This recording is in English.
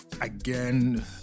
again